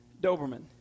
Doberman